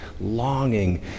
longing